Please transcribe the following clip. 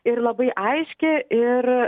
ir labai aiški ir